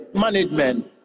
management